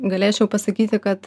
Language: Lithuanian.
galėčiau pasakyti kad